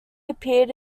appeared